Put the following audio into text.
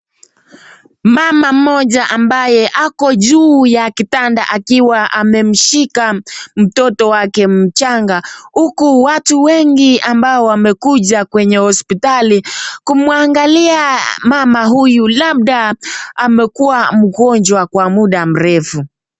Mama moja ambaye ako juu ya kitanda akiwa amemshika mtoto wake mjanga. Huku watu wengi ambao wamekuja kwenye hospitali kumwangalia mama huy labda amekuwa mgonjwa kwa muda mrefu.